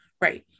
right